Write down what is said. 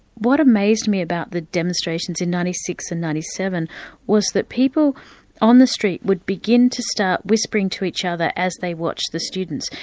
what amazed me about the demonstrations in ninety six and ninety seven was that people on the street would begin to start whispering to each other as they watched the students.